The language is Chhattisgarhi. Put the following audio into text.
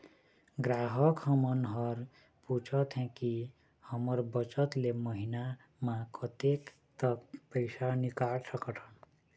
ग्राहक हमन हर पूछथें की हमर बचत ले महीना मा कतेक तक पैसा निकाल सकथन?